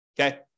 okay